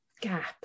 Gap